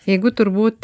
jeigu turbūt